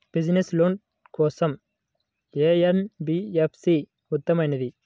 Business loan కోసం ఏ NBFC ఉత్తమమైనది?